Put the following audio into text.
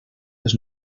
les